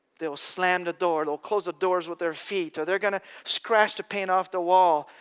they'll slam the door, they'll close the doors with their feet, or they're going to scratch the paint off the wall,